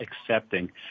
accepting